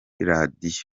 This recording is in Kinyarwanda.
radiyo